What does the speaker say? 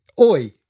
oi